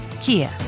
Kia